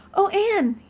oh, anne,